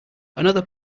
another